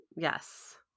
Yes